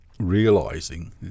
realizing